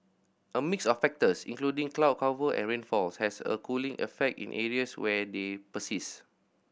a mix of factors including cloud cover and rainfalls has a cooling effect in areas where they persist